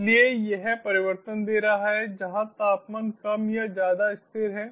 इसलिए यह परिवर्तन दे रहा है जहां तापमान कम या ज्यादा स्थिर है